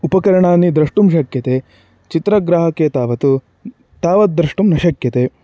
उपकरणानि द्रष्टुं शक्यते चित्रग्राहके तावत् तावद् द्रष्टुं न शक्यते